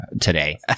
today